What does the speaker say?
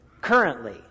Currently